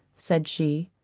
said she.